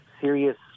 serious